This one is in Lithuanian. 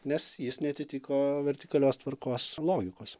nes jis neatitiko vertikalios tvarkos logikos